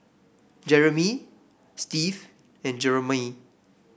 Jerimy Steve and Jeramie